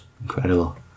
Incredible